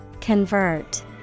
Convert